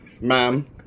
ma'am